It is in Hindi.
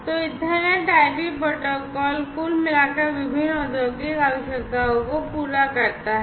तो ईथरनेट आईपी प्रोटोकॉल कुल मिलाकर विभिन्न औद्योगिक आवश्यकताओं को पूरा करता है